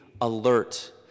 alert